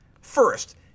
First